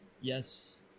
yes